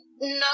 No